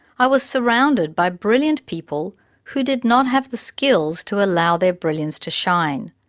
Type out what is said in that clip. i was surrounded by brilliant people who did not have the skills to allow their brilliance to shine.